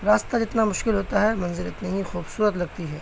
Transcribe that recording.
راستہ جتنا مشکل ہوتا ہے منزل اتنی ہی خوبصورت لگتی ہے